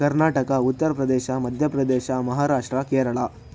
Karnataka Uttar Pradesh Madhya Pradesh Maharashtra Kerala